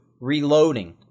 reloading